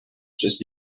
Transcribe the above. just